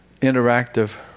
interactive